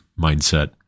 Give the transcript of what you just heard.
mindset